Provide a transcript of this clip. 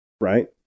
Right